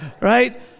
Right